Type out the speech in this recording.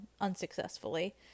unsuccessfully